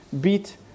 beat